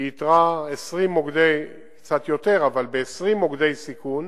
היא איתרה מוקדי סיכון, וב-20 מוקדי הסיכון